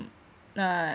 uh